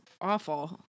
Awful